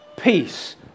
peace